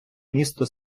місто